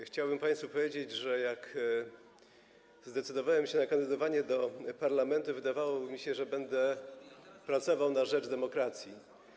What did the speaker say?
Chciałbym państwu powiedzieć, że gdy zdecydowałem się na kandydowanie do parlamentu, wydawało mi się, że będę pracował na rzecz demokracji.